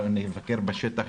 נבקר בשטח,